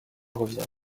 reviens